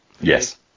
yes